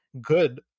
good